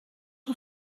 een